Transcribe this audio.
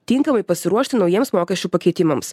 tinkamai pasiruošti naujiems mokesčių pakeitimams